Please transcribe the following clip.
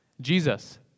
Jesus